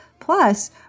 Plus